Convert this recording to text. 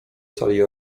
sali